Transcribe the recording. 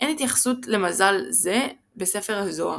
אין התייחסות למזל זה בספר הזוהר.